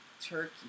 Turkey